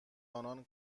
آنان